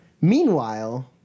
Meanwhile